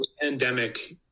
pandemic